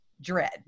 dread